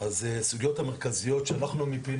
אז הסוגיות המרכזיות שאנחנו מיפינו,